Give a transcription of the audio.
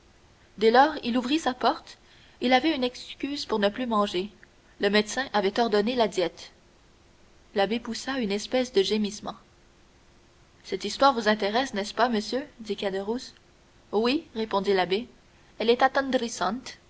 dès lors il ouvrit sa porte il avait une excuse pour ne plus manger le médecin avait ordonné la diète l'abbé poussa une espèce de gémissement cette histoire vous intéresse n'est-ce pas monsieur dit caderousse oui répondit l'abbé elle est